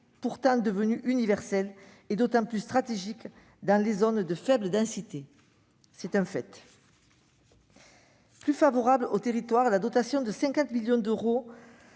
pourtant devenus universels et d'autant plus stratégiques dans les zones de faible densité. » C'est un fait. Plus favorable aux territoires, la dotation de 50 millions d'euros